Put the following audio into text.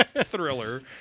thriller